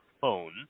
phone